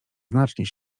znacznie